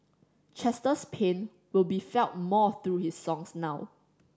Chester's pain will be felt more through his songs now